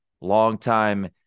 longtime